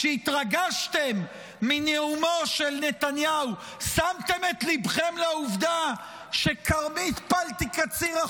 כשהתרגשתם מנאומו של נתניהו שמתם את ליבכם לעובדה שכרמית פלטי קציר,